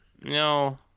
No